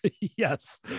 Yes